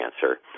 cancer